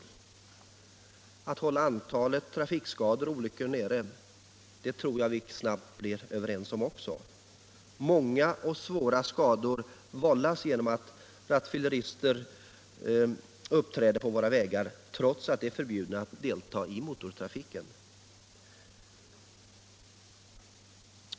Och att vi skall försöka hålla antalet trafikskador och trafikolyckor nere är vi väl alla ense om. Många och svåra skador vållas ju genom att rattfyllerister uppträder på våra vägar, trots att de är förbjudna att delta i motortrafiken.